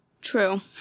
True